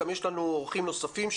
גם יש לנו אורחים נוספים.